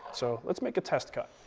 so let's make a test cut.